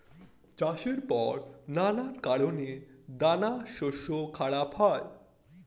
চাষের পর নানা কারণে দানাশস্য খারাপ হয়